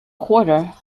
quarter